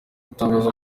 itangaza